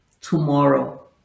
tomorrow